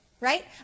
right